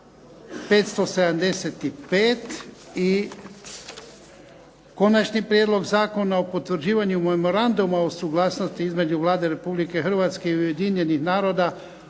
575 i - Konačni prijedlog Zakona o potvrđivanju memoranduma o suglasnosti između Vlade Republike Hrvatske i Ujedinjenih naroda